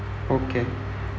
okay